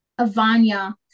Avanya